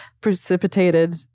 precipitated